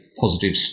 positive